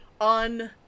on